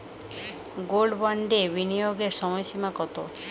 Gold বন্ডে বিনিয়োগের সময়সীমা কতো?